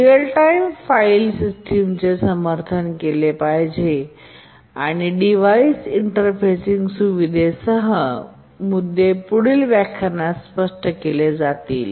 real time file सिस्टमचे समर्थन केले पाहिजे आणि डिव्हाइस इंटरफेसिंग सुविधेसह मुद्दे पुढील व्याख्यानात स्पष्ट केले जातील